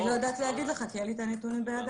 אני לא יודעת להגיד לך כי אין לי את הנתונים בידיי,